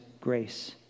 grace